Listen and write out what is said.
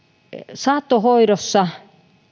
saattohoidossa